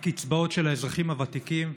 הקצבאות של האזרחים הוותיקים.